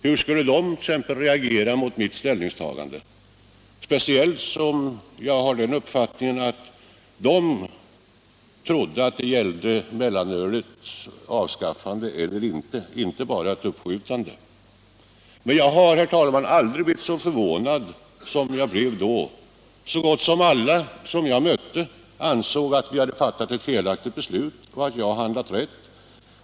Hur skulle de reagera mot mitt ställningstagande, detta speciellt som jag hade den uppfattningen att de trodde att det gällde mellanölets avskaffande eller bibehållande — inte bara ett uppskjutande av avgörandet. Men jag har, herr talman, aldrig blivit så förvånad som då. Så gott som alla jag mötte ansåg att riksdagen hade fattat ett felaktigt beslut och att jag handlat rätt.